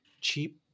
cheap